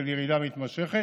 של ירידה מתמשכת,